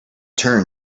turn